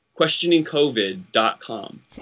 questioningcovid.com